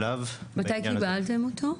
מתי קיבלתם אותו?